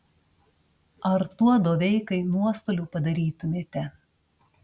ar tuo doveikai nuostolių padarytumėte